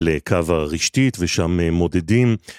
לקו הרשתית ושם מודדים